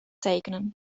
tekenen